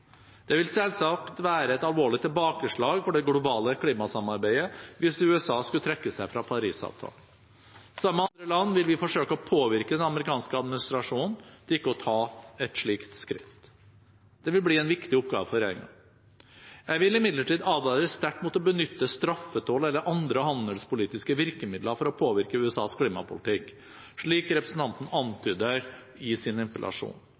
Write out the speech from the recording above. Det vil selvsagt være et alvorlig tilbakeslag for det globale klimasamarbeidet hvis USA skulle trekke seg fra Paris-avtalen. Sammen med andre land vil vi forsøke å påvirke den amerikanske administrasjonen til ikke å ta et slikt skritt. Det vil bli en viktig oppgave for regjeringen. Jeg vil imidlertid advare sterkt mot å benytte straffetoll eller andre handelspolitiske virkemidler for å påvirke USAs klimapolitikk, slik representanten antyder i sin